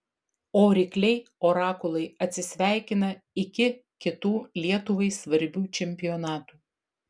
o rykliai orakulai atsisveikina iki kitų lietuvai svarbių čempionatų